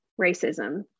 racism